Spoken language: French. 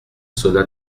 sonna